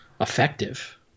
effective